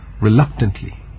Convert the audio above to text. reluctantly